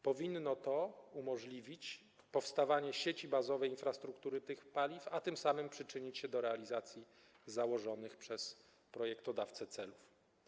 Powinno to umożliwić powstawanie sieci bazowej infrastruktury tych paliw, a tym samym przyczynić się do realizacji założonych przez projektodawcę celów.